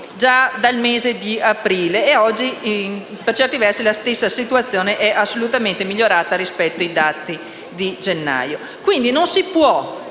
già dal mese di aprile. E oggi, per certi versi, la stessa situazione è assolutamente migliorata rispetto ai dati di gennaio. Quindi, non si può